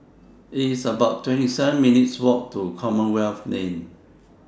It's about twenty seven minutes' Walk to Commonwealth Lane